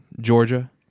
Georgia